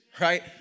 right